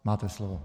Máte slovo.